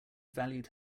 valued